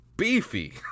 beefy